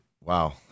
wow